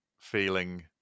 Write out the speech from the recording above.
feeling